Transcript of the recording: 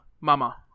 Mama